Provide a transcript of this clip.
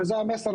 וזה המסר,